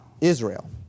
Israel